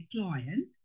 client